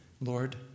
Lord